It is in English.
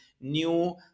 new